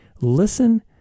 listen